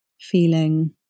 feeling